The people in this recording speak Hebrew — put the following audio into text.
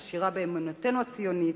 עשירה באמונתנו הציונית,